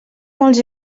molts